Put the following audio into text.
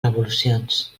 revolucions